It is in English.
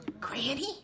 Granny